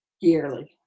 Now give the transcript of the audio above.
yearly